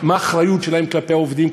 מה האחריות שלהן כלפי עובדים,